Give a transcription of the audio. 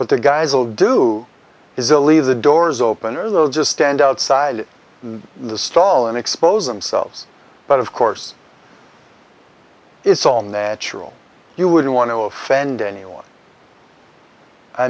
but their guys will do is the leave the doors open or those just stand outside the stall and expose themselves but of course it's all natural you wouldn't want to offend anyone i